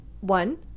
one